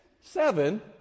seven